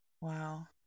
Wow